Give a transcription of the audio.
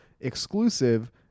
exclusive